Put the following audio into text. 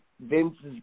Vince's